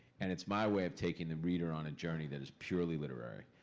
and it's my way of taking the reader on a journey that is purely literary.